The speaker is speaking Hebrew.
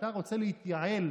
כשאתה רוצה להתייעל